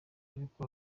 ariko